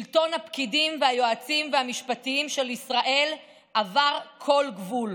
שלטון הפקידים והיועצים המשפטיים של ישראל עבר כל גבול.